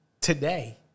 today